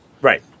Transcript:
Right